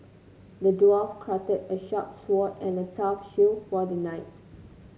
the dwarf crafted a sharp sword and a tough shield for the knight